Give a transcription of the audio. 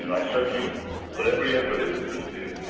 and i certainly put every effort into this being,